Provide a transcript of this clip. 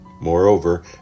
Moreover